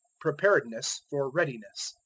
preparedness for readiness.